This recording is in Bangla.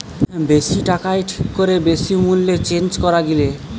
বেশি টাকায় ঠিক করে বেশি মূল্যে চেঞ্জ করা গিলে